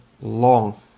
long